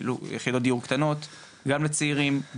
כאילו יחידות דיור קטנות גם לצעירים ,